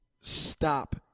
stop